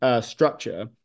structure